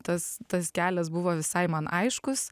tas tas kelias buvo visai man aiškus